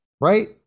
right